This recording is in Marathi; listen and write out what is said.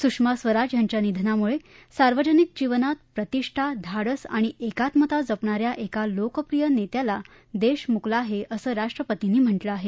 सुषमा स्वराज यांच्या निधनामुळे सार्वजनिक जीवनात प्रतिष्ठा धाडस आणि एकात्मता जपणा या एका लोकप्रिय नेत्याला देश मुकला आहे असं राष्ट्रपतींनी म्हटलं आहे